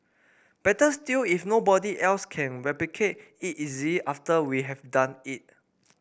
better still if nobody else can replicate it easily after we have done it